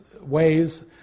ways